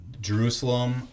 Jerusalem